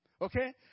okay